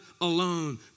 alone